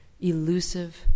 elusive